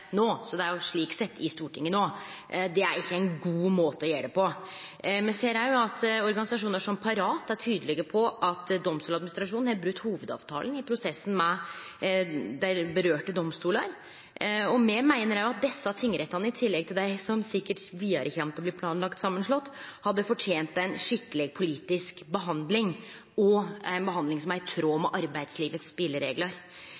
så det er jo, slik sett, i Stortinget no, men det er ikkje ein god måte å gjere det på. Me ser òg at organisasjonar som Parat er tydelege på at Domstoladministrasjonen har brote hovudavtalen i prosessen med dei domstolane som dette gjeld. Me meiner òg at desse tingrettane, i tillegg til dei som sikkert vidare kjem til å bli planlagt slått saman, hadde fortent ei skikkeleg politisk behandling og ei behandling som er i tråd